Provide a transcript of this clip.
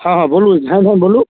हँ हँ बोलू धाएँ धाएँ बोलू